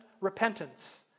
repentance